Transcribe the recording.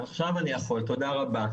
בבקשה.